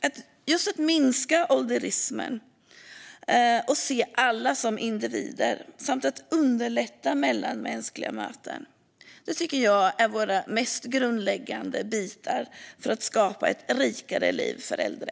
Att minska ålderismen och se alla som individer samt att underlätta mellanmänskliga möten tycker jag är de mest grundläggande bitarna för att skapa ett rikare liv för äldre.